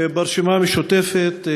ברשימה המשותפת,